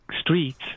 streets